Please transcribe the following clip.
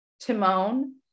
Timon